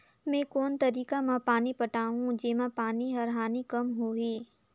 मैं कोन तरीका म पानी पटाहूं जेमा पानी कर हानि कम होही?